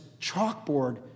chalkboard